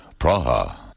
Praha